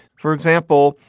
for example,